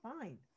fine